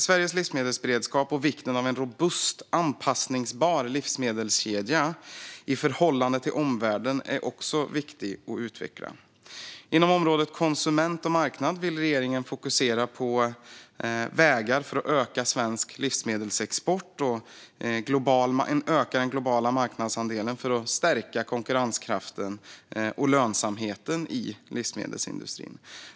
Sveriges livsmedelsberedskap och en robust, anpassningsbar livsmedelskedja i förhållande till omvärlden är också viktig att utveckla. Inom området konsument och marknad vill regeringen fokusera på vägar för att öka svensk livsmedelsexport och öka den globala marknadsandelen för att stärka konkurrenskraften och lönsamheten i livsmedelsindustrin.